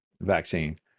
vaccine